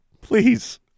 Please